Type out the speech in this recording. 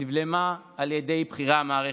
נבלמה על ידי בכירי המערכת.